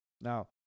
Now